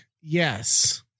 Yes